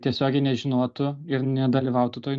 tiesiogiai nežinotų ir nedalyvautų toj